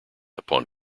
upon